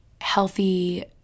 healthy